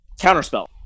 Counterspell